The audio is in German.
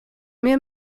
mir